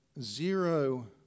zero